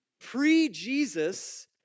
Pre-Jesus